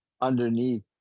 underneath